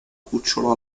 cucciolo